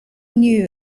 knew